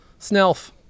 Snelf